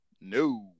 No